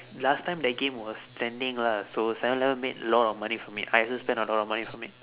last time that game was trending lah so seven eleven made a lot of money from it I also spend a lot of money from it